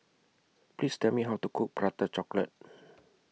Please Tell Me How to Cook Prata Chocolate